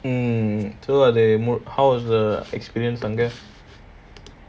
hmm so what are the mood how was the experience அங்க:anga